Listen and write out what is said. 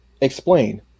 Explain